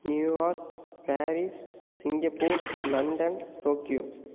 New York Paris Singapore London Tokyo